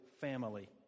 family